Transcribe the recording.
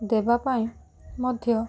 ଦେବା ପାଇଁ ମଧ୍ୟ